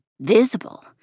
visible